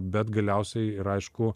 bet galiausiai ir aišku